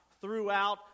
throughout